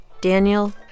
Daniel